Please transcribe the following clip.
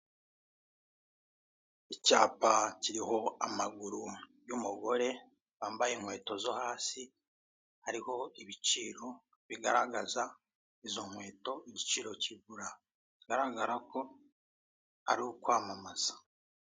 Icyapa kiriho amaguru y'umugore wambaye inkweto zo hasi hariho ibiciro bigaragaza izo nkweto igiciro kigura, bigaragara ko ari ukwamamaza.